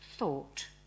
thought